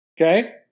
Okay